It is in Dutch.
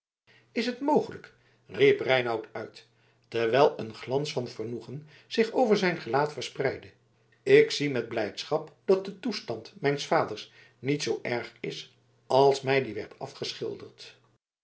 is het mogelijk riep reinout uit terwijl een glans van vergenoegen zich over zijn gelaat verspreidde ik zie met blijdschap dat de toestand mijns vaders niet zoo erg is als mij die werd afgeschilderd